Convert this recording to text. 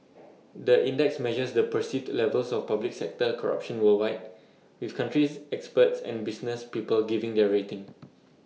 the index measures the perceived levels of public sector corruption worldwide with country experts and business people giving their rating